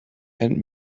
and